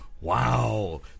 Wow